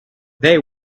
they